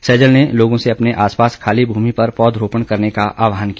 सैजल ने लोगों से अपने आसपास खाली भूमि पर पौधरोपण करने का आहवान किया